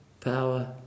power